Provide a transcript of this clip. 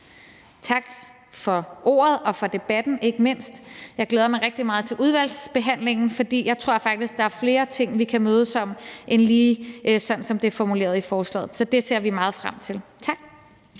Tak for ordet og for debatten ikke mindst. Jeg glæder mig rigtig meget til udvalgsbehandlingen, for jeg tror faktisk, at der er flere ting, vi kan mødes om end lige sådan, som det er formuleret i forslaget. Så det ser vi meget frem til. Tak.